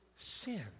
sin